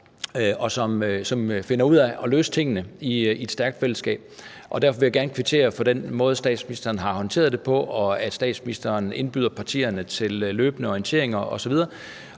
og som finder ud af at løse tingene i et stærkt fællesskab. Og derfor vil jeg gerne kvittere for den måde, statsministeren har håndteret det på, og for, at statsministeren indbyder partierne til løbende orienteringer osv.